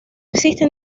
existe